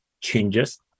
changes